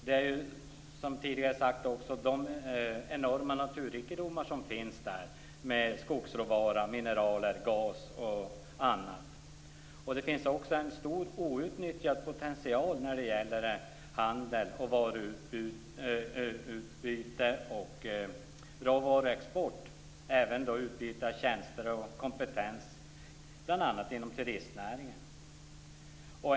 Det finns, som tidigare sagts, enorma naturrikedomar där, med skogsråvara, mineral, gas och annat. Det finns också en stor outnyttjad potential när det gäller handel, varuutbyte, bra varuexport och även utbyte av tjänster och kompetens, bl.a. inom turistnäringen.